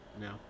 now